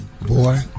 Boy